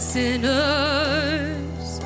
sinners